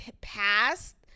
past